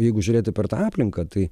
jeigu žiūrėti per tą aplinką tai